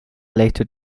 later